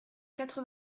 quatre